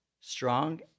strong